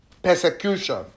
Persecution